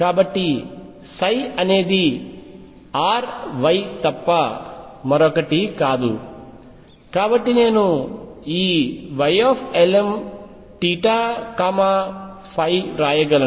కాబట్టి అనేది R Y తప్ప మరొకటి కాదు మరియు నేను ఈ Ylmθϕవ్రాయగలను